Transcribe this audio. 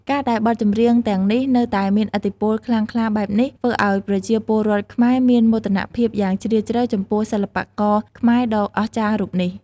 ការដែលបទចម្រៀងទាំងនេះនៅតែមានឥទ្ធិពលខ្លាំងក្លាបែបនេះ ធ្វើឲ្យប្រជាពលរដ្ឋខ្មែរមានមោទនភាពយ៉ាងជ្រាលជ្រៅចំពោះសិល្បករខ្មែរដ៏អស្ចារ្យរូបនេះ ។